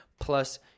plus